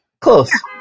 Close